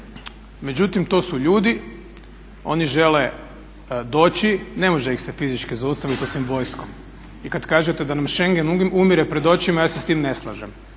Međutim, to su ljudi. Oni žele doći, ne može ih se fizički zaustaviti osim vojskom. I kad kažete da nam Schengen umire pred očima ja se s tim ne slažem.